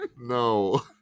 no